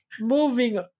moving